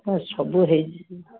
ସବୁ ହୋଇଛି